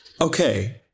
Okay